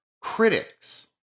critics